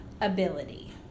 ability